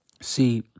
See